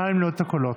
נא למנות את הקולות.